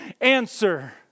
answer